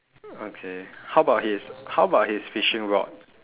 okay how about his how about his fishing rod